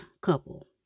couple